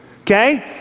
Okay